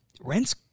rents